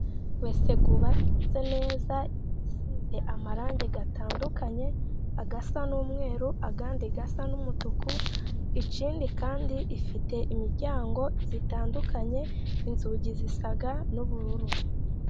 Wese zubatse neza, isize amarangi atandukanye asa n'umweru andi asa n'umutuku, ikindi kandi ifite imiryango itandukanye, inzugi zisa n'ubururu.